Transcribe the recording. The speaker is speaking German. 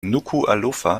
nukuʻalofa